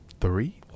Three